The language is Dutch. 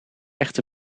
echte